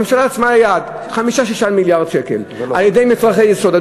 הממשלה רשמה יעד: 5 6 מיליארדי שקלים על-ידי מצרכי יסוד.